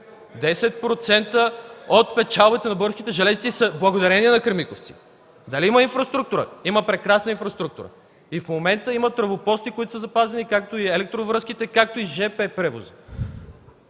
от печалбите на Българските държавни железници са благодарение на „Кремиковци”. Нали има инфраструктура?! Има прекрасно инфраструктура! И в момента има трафопостове, които са запазени, както и електровръзките, както и жп превоза.